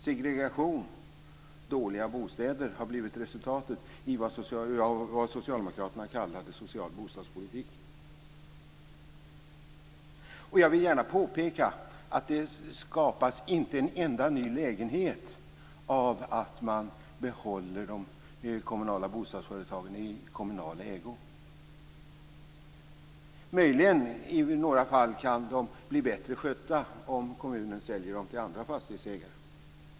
Segregation och dåliga bostäder har blivit resultatet av vad socialdemokraterna kallar social bostadspolitik. Jag vill gärna påpeka att det inte skapas en enda ny lägenhet om man behåller de kommunala bostadsföretagen i kommunal ägo. Möjligen kan de i några fall bli bättre skötta om kommunen säljer dem till andra fastighetsägare.